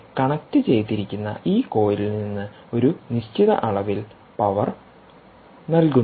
ഇവിടെ കണക്റ്റുചെയ്തിരിക്കുന്ന ഈ കോയിലിൽ നിന്ന് ഒരു നിശ്ചിത അളവിൽ പവർ നൽകുന്നു